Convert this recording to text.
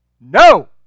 No